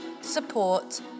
support